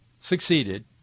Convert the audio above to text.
succeeded